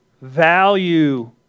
Value